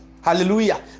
Hallelujah